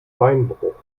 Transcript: beinbruch